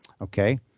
Okay